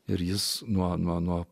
ir jis nuo